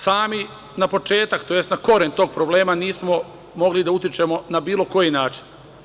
Sami, na početak tj. na koren tog problema, nismo mogli da utičemo na bilo koji način.